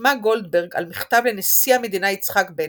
חתמה גולדברג על מכתב לנשיא המדינה יצחק בן-צבי,